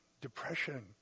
depression